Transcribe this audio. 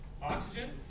Oxygen